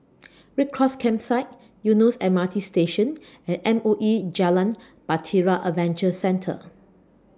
Red Cross Campsite Eunos M R T Station and M O E Jalan Bahtera Adventure Centre